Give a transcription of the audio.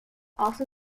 also